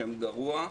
שם גרוע,